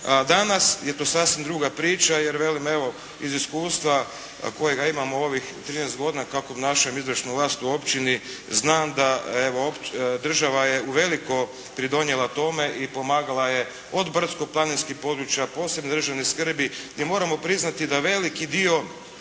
danas je to sasvim druga priča, jer velim evo iz iskustva kojega imam u ovih 13 godina kako obnašam izvršnu vlast u općini, znam da evo država je u veliko pridonijela tome i pomagala je od brdsko-planinskih područja, posebne državne skrbi i moramo priznati da veliki dio